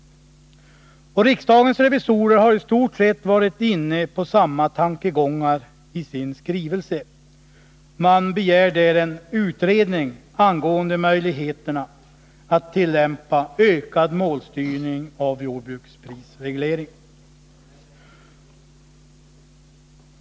Riksdagens revisorer har i stort sett varit inne på samma tankegångar i sin skrivelse. Man begär där en utredning angående möjligheterna att tillämpa ökad målstyrning av jordbruksprisregleringen.